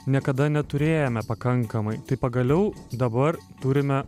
niekada neturėjome pakankamai tai pagaliau dabar turime